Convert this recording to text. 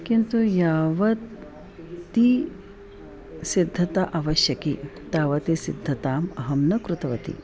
किन्तु यावती ती सिद्धता आवश्यकी तावतीं सिद्धताम् अहं न कृतवती